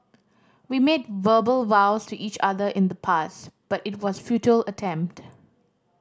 we made verbal vows to each other in the past but it was a futile attempt